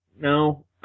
no